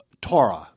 Torah